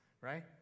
right